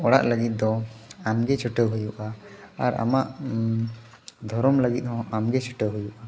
ᱚᱲᱟᱜ ᱞᱟᱹᱜᱤᱫ ᱫᱚ ᱟᱢᱜᱮ ᱪᱷᱩᱴᱟᱹᱣ ᱦᱩᱭᱩᱜᱼᱟ ᱟᱨ ᱟᱢᱟᱜ ᱫᱷᱚᱨᱚᱢ ᱞᱟᱹᱜᱤᱫ ᱦᱚᱸ ᱟᱢᱜᱮ ᱪᱷᱩᱴᱟᱹᱣ ᱦᱩᱭᱩᱜᱼᱟ